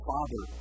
Father